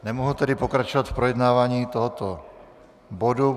Nemohu tedy pokračovat v projednávání tohoto bodu.